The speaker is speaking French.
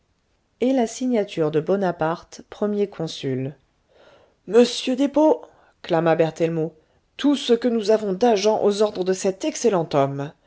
el la signature de bonaparte premier consul monsieur despaux clama berthellemot tout ce que nous avons d'agents aux ordres de cet excellent homme